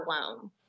alone